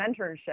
mentorship